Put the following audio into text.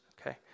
Okay